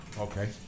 okay